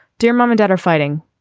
dear mom and dad are fighting.